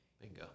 Bingo